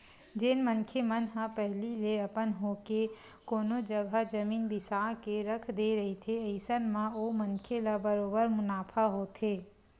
जेन मनखे मन ह पहिली ले अपन होके कोनो जघा जमीन बिसा के रख दे रहिथे अइसन म ओ मनखे ल बरोबर मुनाफा होथे